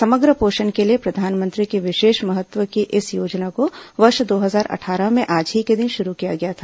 समग्र पोषण के लिए प्रधानमंत्री की विशेष महत्व की इस योजना को वर्ष दो हजार अट्ठारह में आज ही के दिन शुरू किया गया था